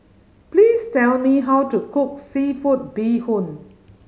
please tell me how to cook seafood bee hoon